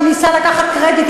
שניסה לקחת קרדיט.